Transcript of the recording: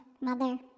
mother